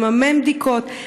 לממן בדיקות.